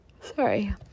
sorry